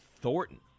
Thornton